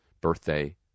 birthday